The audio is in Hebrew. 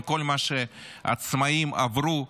עם כל מה שעצמאים עברו,